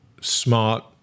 smart